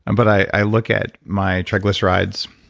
and but i look at my triglycerides,